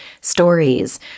stories